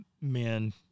men